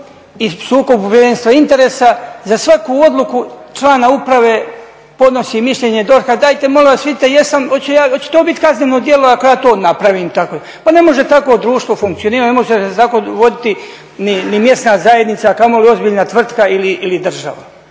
i sukobu Povjerenstva interesa, za svaku odluku člana uprave podnosi mišljenje DORH-a, dajte molim vas vidite jesam ja, hoće to biti kazneno djelo ako ja to napravim tako? Pa ne može tako društvo funkcionirati, ne može zakon uvoditi ni mjesna zajednica, a kamoli ozbiljna tvrtka ili država.